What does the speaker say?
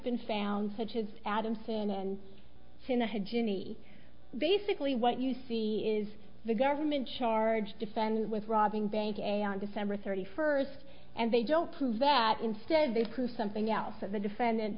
been found such as adamson and to the head jimmy basically what you see is the government charge defend with robbing banks a on december thirty first and they don't prove that instead they prove something else of the defendant